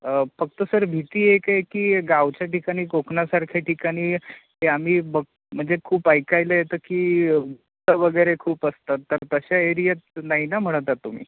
फक्त सर भीती एक आहे की गावच्या ठिकाणी कोकणासारख्या ठिकाणी ते आम्ही बघ म्हणजे खूप ऐकायला येतं की की वगैरे खूप असतात तर तशा एरियात नाही ना म्हणत आहात तुम्ही